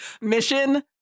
Mission